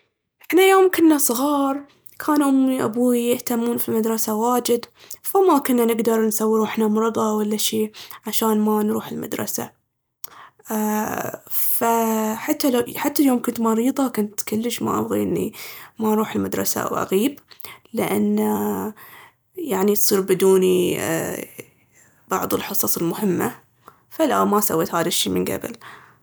احنا يوم كنا صغار كانوا أمي وأبويي يهتمون في المدرسة واجد، فما كنا نقدر نسوي روحنا مرضة ولا شي عشان ما نروح المدرسة. أ- فحتى لو- حتى يوم كنت مريضة كنت كلش ما أبغي اني ما اروح المدرسة أو أغيب، لأن يعني تصير بدوني بعض الحصص المهمة. فلا، ما سويت هذا الشي من قبل.